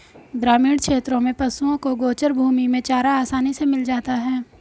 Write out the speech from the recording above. ग्रामीण क्षेत्रों में पशुओं को गोचर भूमि में चारा आसानी से मिल जाता है